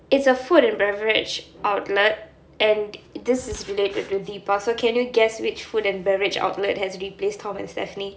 it's a food and beverage outlet and this is related to deepa so can you guess which food and beverage outlet has replaced Tom & Stefanie